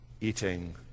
eating